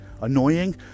annoying